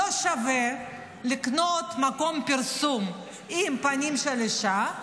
שלא שווה לקנות מקום פרסום עם פנים של אישה,